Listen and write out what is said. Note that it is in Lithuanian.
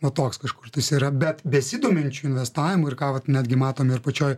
va toks kažkurtais yra bet besidominčių investavimu ir ką vat netgi matome ir pačioj